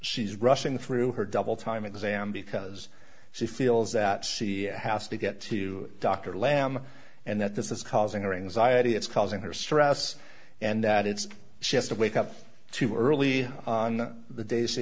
she's rushing through her double time exam because she feels that she has to get to dr lam and that this is causing rings i already it's causing her stress and that it's just a wake up too early on the days she